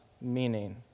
meaning